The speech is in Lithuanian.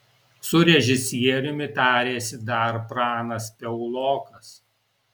su režisieriumi tarėsi dar pranas piaulokas